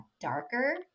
darker